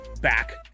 back